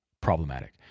problematic